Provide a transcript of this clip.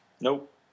Nope